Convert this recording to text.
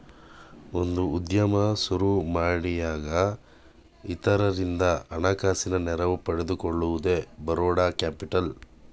ಒಂದು ಉದ್ಯಮ ಸುರುಮಾಡಿಯಾಗ ಇತರರಿಂದ ಹಣಕಾಸಿನ ನೆರವು ಪಡೆದುಕೊಳ್ಳುವುದೇ ಬರೋಡ ಕ್ಯಾಪಿಟಲ್